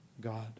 God